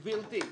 גבירתי,